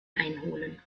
einholen